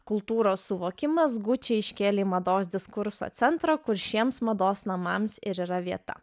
kultūros suvokimas gucci iškėlė mados į diskurso centrą kur šiems mados namams ir yra vieta